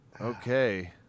Okay